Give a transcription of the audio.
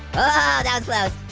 oh that was close.